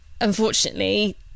unfortunately